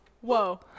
Whoa